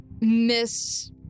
Miss